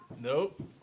Nope